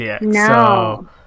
No